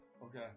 Okay